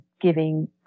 giving